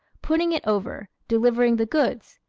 putting it over, delivering the goods,